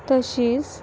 तशीच